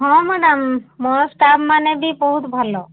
ହଁ ମ୍ୟାଡ଼ାମ୍ ମୋର ଷ୍ଟାଫ୍ମାନେ ବି ବହୁତ ଭଲ